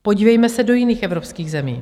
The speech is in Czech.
Podívejme se do jiných evropských zemí.